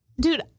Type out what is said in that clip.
Dude